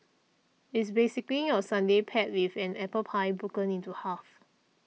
it's basically your sundae paired with an apple pie broken into half